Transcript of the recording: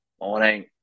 morning